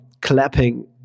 clapping